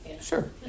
Sure